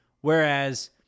Whereas